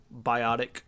biotic